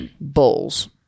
Bulls